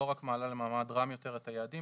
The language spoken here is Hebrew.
לא רק מעלה למעמד רם יותר את היעדים,